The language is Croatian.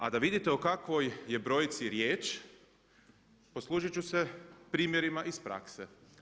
A da vidite o kakvoj je brojci riječ, poslužit ću se primjerima iz prakse.